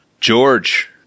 George